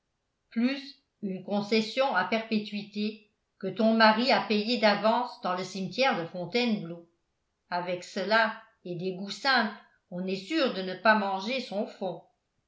plus une concession à perpétuité que ton mari a payée d'avance dans le cimetière de fontainebleau avec cela et des goûts simples on est sûr de ne pas manger son fonds